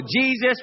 Jesus